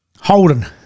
Holden